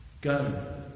Go